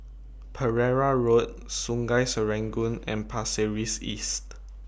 Pereira Road Sungei Serangoon and Pasir Ris East